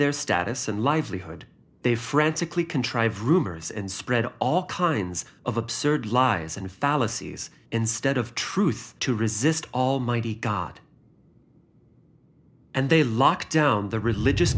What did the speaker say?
their status and livelihood they frantically contrive rumors and spread all kinds of absurd lies and fallacies instead of truth to resist almighty god and they lock down the religious